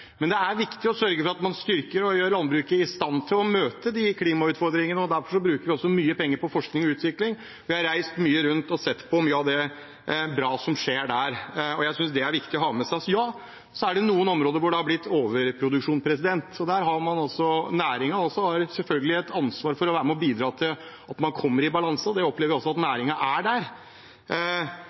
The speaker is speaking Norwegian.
Men det er viktig å sørge for at man styrker og gjør landbruket i stand til å møte klimautfordringene. Derfor bruker vi også mye penger på forskning og utvikling. Vi har reist mye rundt og sett at det er mye bra som skjer. Jeg synes det er viktig å ha med seg. Ja, det har på noen områder blitt overproduksjon. Der har selvfølgelig også næringen et ansvar for å være med og bidra til at man kommer i balanse. Det opplever vi også at næringen er